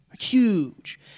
Huge